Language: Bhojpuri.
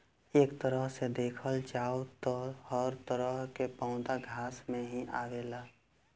एक तरह से देखल जाव त हर तरह के पौधा घास में ही आवेला